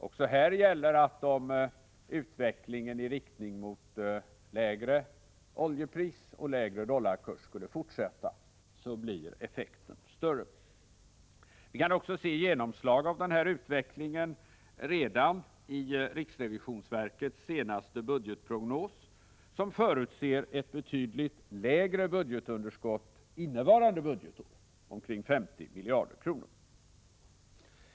Också här gäller att om utvecklingen i riktning mot lägre oljepris och lägre dollarkurs skulle fortsätta blir effekten större. Vi kan också se genomslag av denna utveckling redan i riksrevisionsverkets senaste budgetprognos, som förutser ett betydligt lägre budgetunderskott innevarande budgetår, omkring 50 miljarder kronor.